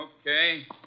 okay